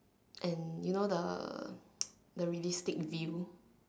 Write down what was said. and you know the the realistic beam